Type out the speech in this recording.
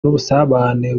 n’ubusabane